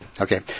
Okay